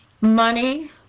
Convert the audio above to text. money